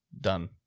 Done